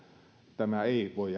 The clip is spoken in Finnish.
tämä ei voi